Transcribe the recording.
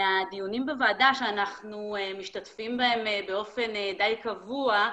מהדיונים בוועדה שאנחנו משתתפים בהם באופן די קבוע,